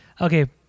Okay